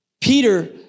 Peter